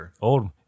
old